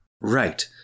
Right